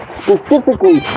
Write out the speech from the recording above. specifically